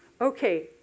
Okay